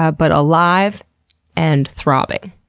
ah but alive and throbbing.